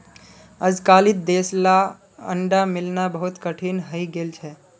अजकालित देसला अंडा मिलना बहुत कठिन हइ गेल छ